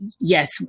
yes